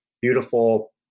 beautiful